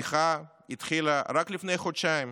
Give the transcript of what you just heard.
המחאה התחילה רק לפני חודשיים